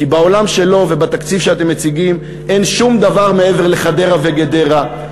כי בעולם שלו ובתקציב שאתם מציגים אין שום דבר מעבר לחדרה וגדרה.